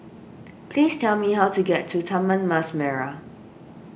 please tell me how to get to Taman Mas Merah